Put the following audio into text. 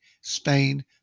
Spain